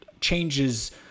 changes